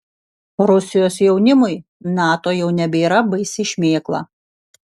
rusijos jaunimui nato jau nebėra baisi šmėkla